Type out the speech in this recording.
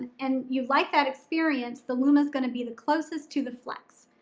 and you'd like that experience the lumma is gonna be the closest to the flex.